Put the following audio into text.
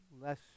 less